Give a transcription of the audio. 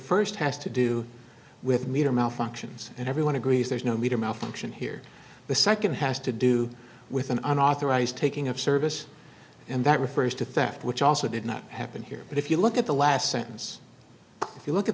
first has to do with meter malfunctions and everyone agrees there's no meter malfunction here the second has to do with an unauthorized taking of service and that refers to theft which also did not happen here but if you look at the last sentence if you look at